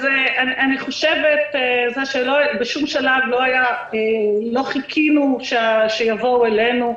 בשום שלב לא חיכינו שיבואו אלינו.